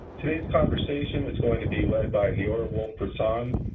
today's conversation is going to be led by leora wolf-prusan.